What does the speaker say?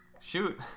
Shoot